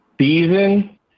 season